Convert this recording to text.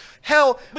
Hell